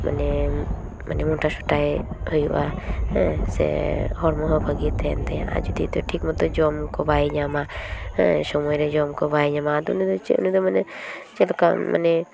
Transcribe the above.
ᱢᱟᱱᱮ ᱢᱟᱱᱮ ᱢᱚᱴᱟᱥᱚᱴᱟᱭ ᱦᱩᱭᱩᱜᱼᱟ ᱦᱮᱸ ᱥᱮ ᱦᱚᱲᱢᱚ ᱦᱚᱸ ᱵᱷᱟᱹᱜᱤ ᱛᱟᱦᱮᱱ ᱛᱟᱭᱟ ᱟᱨ ᱡᱚᱫᱤ ᱡᱚᱢ ᱠᱚ ᱵᱟᱭ ᱧᱟᱢᱟ ᱥᱚᱢᱚᱭᱨᱮ ᱡᱚᱢ ᱠᱚ ᱵᱟᱭ ᱧᱟᱢᱟ ᱟᱫᱚ ᱩᱱᱤᱫᱚ ᱪᱮᱫ ᱩᱱᱤᱫᱚ ᱢᱟᱱᱮ ᱪᱮᱫ ᱞᱮᱠᱟ ᱢᱟᱱᱮ